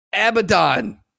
Abaddon